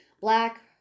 black